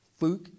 Luke